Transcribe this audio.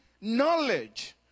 knowledge